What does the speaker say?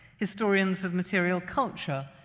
historians of material culture,